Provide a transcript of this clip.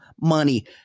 money